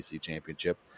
championship